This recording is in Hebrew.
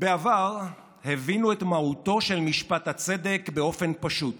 בעבר הבינו את מהותו של משפט הצדק באופן פשוט: